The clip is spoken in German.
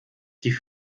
die